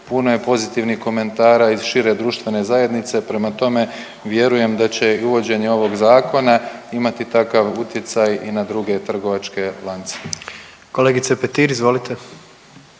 puno je pozitivnih komentara iz šire društvene zajednice. Prema tome vjerujem da će i uvođenje ovog zakona imati takav utjecaj i na druge trgovačke lance. **Jandroković, Gordan